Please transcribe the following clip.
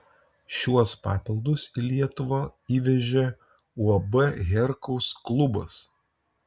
šiuos papildus į lietuvą įvežė uab herkaus klubas